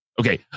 Okay